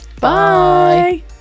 Bye